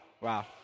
Wow